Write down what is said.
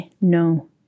no